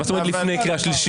מה זאת אומרת לפני קריאה שלישית?